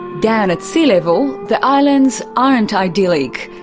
down at sea level the islands aren't idyllic,